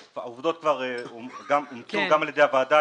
העובדות אומצו גם על-ידי הוועדה,